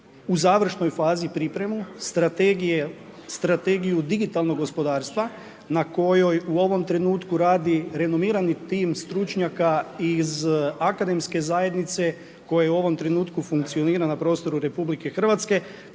u završenoj fazi pripremu, Strategiju digitalnog gospodarstva na kojoj u ovom trenutku radi renomirani tim stručnjaka iz akademske zajednice koja u ovom trenutku funkcionira na prostoru RH tako